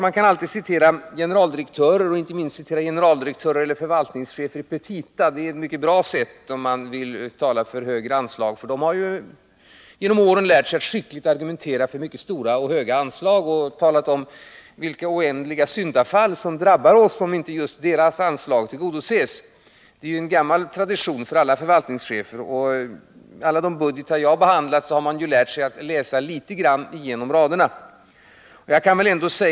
Man kan alltid citera vad generaldirektörer eller förvaltningschefer sagt i petita — det är mycket bra om man vill tala för högre anslag. De har genom åren lärt sig att argumentera för mycket höga anslag och utmåla vilka oändliga syndafall som drabbar oss om inte just deras anslagsönskemål tillgodoses. Det är en gammal tradition hos förvaltningscheferna. Genom alla de budgeter jag har behandlat har jag lärt mig att läsa litet grand mellan raderna.